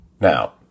Now